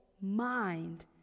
mind